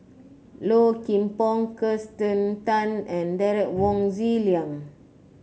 Low Kim Pong Kirsten Tan and Derek Wong Zi Liang